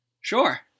Sure